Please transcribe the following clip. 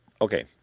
Okay